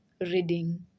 reading